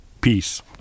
Peace